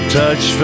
touch